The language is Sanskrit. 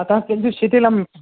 अतः किञ्चित् शिथिलम्